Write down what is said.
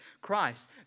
Christ